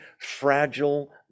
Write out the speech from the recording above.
fragile